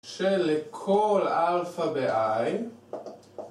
‫של כל אלפא ב-i.